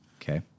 Okay